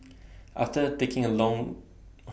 after taking A Long Oh My God